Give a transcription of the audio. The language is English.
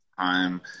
time